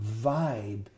vibe